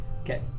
Okay